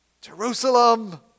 Jerusalem